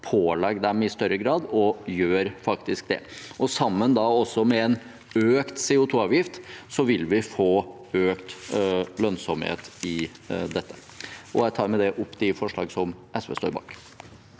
pålegge dem i større grad faktisk å gjøre det, og sammen med en økt CO2-avgift vil vi få økt lønnsomhet i dette. Jeg tar med det opp de forslag som SV står bak.